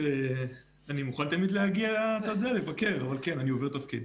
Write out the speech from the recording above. אני עובר תפקיד.